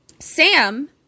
Sam